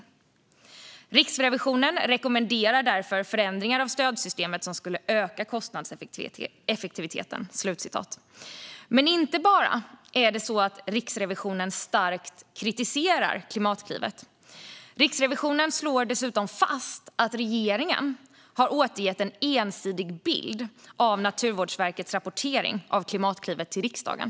Vidare skriver man: "Riksrevisionen rekommenderar därför förändringar av stödsystemet som skulle öka kostnadseffektiviteten." Men Riksrevisionen kritiserar inte bara starkt Klimatklivet. Riksrevisionen slår dessutom fast att regeringen har återgett en ensidig bild av Naturvårdsverkets rapportering av Klimatklivet till riksdagen.